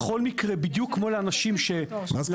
בכל מקרה, זה לא